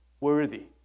worthy